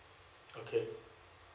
okay